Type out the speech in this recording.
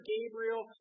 Gabriel